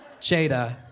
Jada